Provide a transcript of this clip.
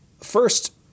first